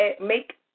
Make